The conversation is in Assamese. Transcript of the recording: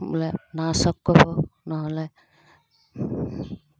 বোলে নাৰ্ছক ক'ব নহ'লে